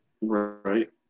Right